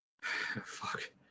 Fuck